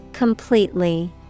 Completely